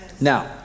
Now